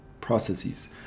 Processes